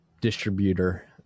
distributor